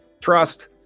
trust